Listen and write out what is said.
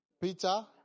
Peter